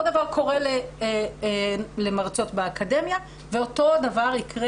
אותו דבר קורה למרצות באקדמיה ואותו דבר יקרה